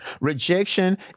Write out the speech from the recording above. Rejection